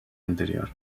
anterior